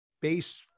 base